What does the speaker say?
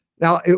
Now